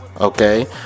okay